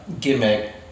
gimmick